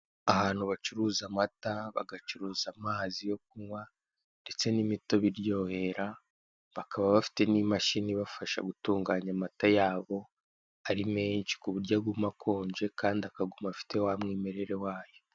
Ahantu bacuruza amata, bagacuruza amazi yo kunywa ndetse n'imitobe iryohera, bakaba bafite n'imashini ibafasha gutunganya amata yabo ari menshi kuburyo aguma akonje kandi akaguma afite wa mwimerere wayo.